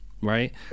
right